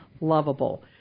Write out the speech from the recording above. lovable